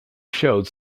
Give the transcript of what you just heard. showed